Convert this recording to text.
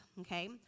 okay